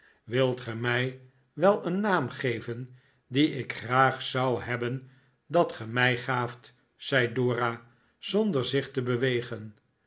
wilt ge mij wel een naam geven dien ik graag zou hebben dat ge mij gaaft zei dora zonder zich te bewegen